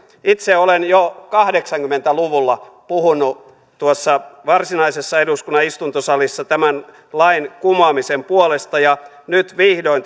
itse olen jo kahdeksankymmentä luvulla puhunut tuossa varsinaisessa eduskunnan istuntosalissa tämän lain kumoamisen puolesta ja nyt vihdoin